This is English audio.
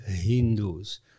Hindus